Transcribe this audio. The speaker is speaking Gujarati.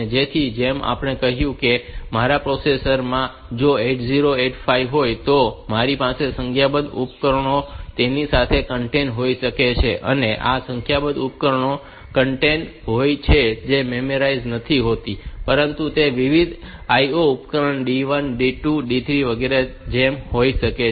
તેથી જેમ આપણે કહ્યું છે કે મારા પ્રોસેસર માં જો આ 8085 પ્રોસેસર હોય તો મારી પાસે સંખ્યાબંધ ઉપકરણો તેની સાથે કનેક્ટેડ હોઈ શકે છે અને અને આ સંખ્યાબંધ ઉપકરણો કનેક્ટેડ હોઈ છે તે મેમરીઝ નથી હોતી પરંતુ તે વિવિધ IO ઉપકરણો D1 D2 D3 વગેરે ની જેમ હોઈ શકે છે